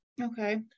okay